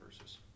versus